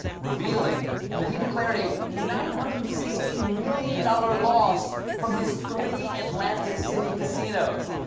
revealing that he declared a nine hundred and sixteen million dollars loss from his three atlantic city casinos.